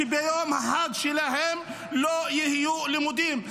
שביום החג שלהם לא יהיו לימודים.